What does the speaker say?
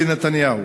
ביבי נתניהו,